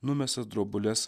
numestas drobules